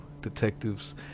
detectives